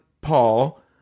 Paul